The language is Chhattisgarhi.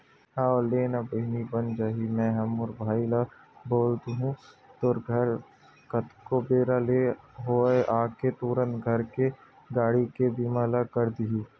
हव लेना ना बहिनी बन जाही मेंहा मोर भाई ल बोल दुहूँ तोर घर कतको बेरा ले होवय आके तुंहर घर के गाड़ी के बीमा ल कर दिही